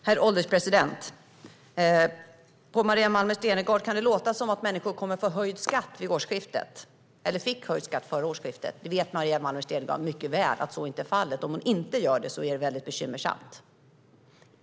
Herr ålderspresident! På Maria Malmer Stenergard kan det låta som att människor fick höjd skatt före årsskiftet eller kommer att få höjd skatt efter nästa årsskifte. Maria Malmer Stenergard vet mycket väl att så inte var fallet. Om hon inte vet detta är det mycket bekymmersamt.